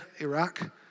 Iraq